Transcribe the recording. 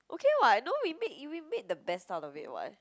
okay [what] no we made we made the best out of it [what]